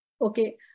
Okay